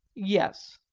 yes.